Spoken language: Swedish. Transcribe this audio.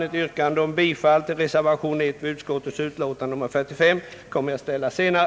Ett yrkande om bifall till reservation 1 vid bankoutskottets utlåtande nr 45 kommer jag att ställa senare.